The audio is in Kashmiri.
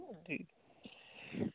ٹھیٖک